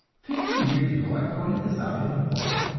fifteen years ago i pointed this out in a book.